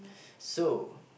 so